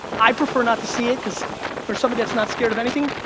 i prefer not to see it cause for somebody that's not scared of anything,